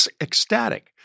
ecstatic